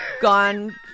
gone